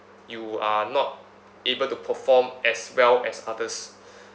you are not able to perform as well as others